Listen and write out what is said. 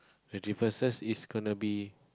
the differences is gonna be